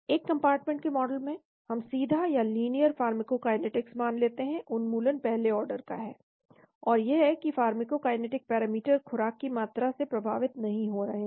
एक कंपार्टमेंट के मॉडल में हम सीधा या लीनियर फ़ार्माकोकाइनेटिक्स मान लेते हैं उन्मूलन पहले आर्डर का है और यह कि फार्माकोकाइनेटिक पैरामीटर खुराक की मात्रा से प्रभावित नहीं हो रहे हैं